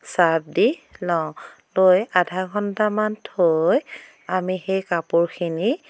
surf দি লওঁ লৈ আধা ঘণ্টামান থৈ আমি সেই কাপোৰখিনি